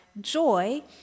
joy